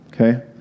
Okay